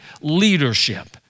leadership